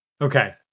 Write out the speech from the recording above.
Okay